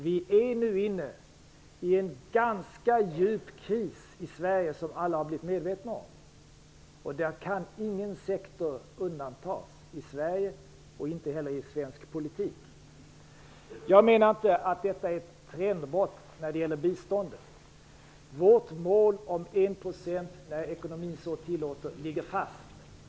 Vi är nu i Sverige inne i en ganska djup kris, som alla har blivit medvetna om, och ingen sektor i Sverige eller i svensk politik kan då undantas. Jag menar inte att det är fråga om ett trendbrott vad gäller biståndet. Vårt mål om 1 % när ekonomin så tillåter ligger fast.